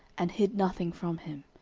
and hid nothing from him.